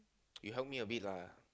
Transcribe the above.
you help me a bit lah